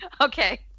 Okay